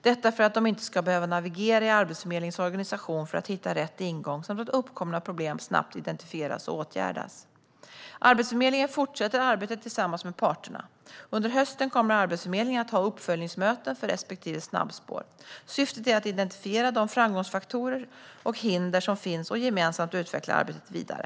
Detta för att de inte ska behöva navigera i Arbetsförmedlingens organisation för att hitta rätt ingång samt att uppkomna problem snabbt identifieras och åtgärdas. Arbetsförmedlingen fortsätter arbetet tillsammans med parterna. Under hösten kommer Arbetsförmedlingen att ha uppföljningsmöten för respektive snabbspår. Syftet är att identifiera de framgångsfaktorer och hinder som finns och gemensamt utveckla arbetet vidare.